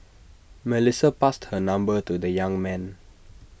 Melissa passed her number to the young man